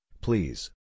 please